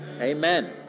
Amen